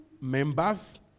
members